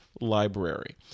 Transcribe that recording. library